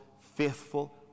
faithful